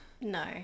No